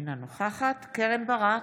אינה נוכחת קרן ברק,